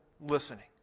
listening